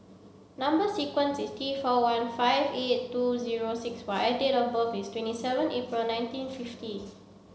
number sequence is T four one five eight two zero six Y date of birth is twenty seven April nineteen fifty